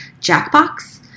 Jackbox